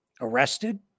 arrested